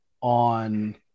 on